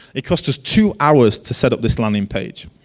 it cost us two hours to set up this landing page.